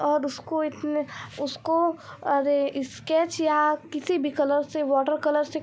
और उसको इतन उसको अरे इसकेच या किसी भी कलर से वाटर कलर से